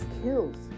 kills